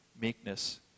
meekness